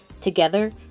Together